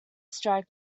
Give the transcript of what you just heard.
strike